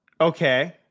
Okay